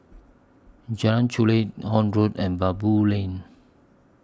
Jalan Chulek Horne Road and Baboo Lane